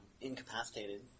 incapacitated